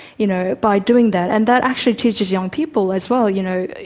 you know, by doing that. and that actually teaches young people as well. you know,